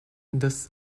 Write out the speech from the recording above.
this